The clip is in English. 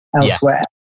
elsewhere